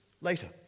later